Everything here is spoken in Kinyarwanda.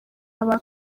aba